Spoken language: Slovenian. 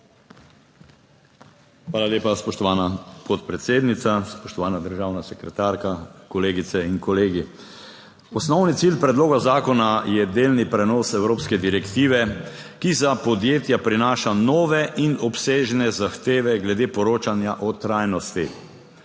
Hvala lepa, spoštovana podpredsednica. Spoštovana državna sekretarka, kolegice in kolegi! Osnovni cilj predloga zakona je delni prenos evropske direktive, ki za podjetja prinaša nove in obsežne zahteve glede poročanja o trajnosti.